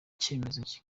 cyemezo